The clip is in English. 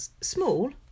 Small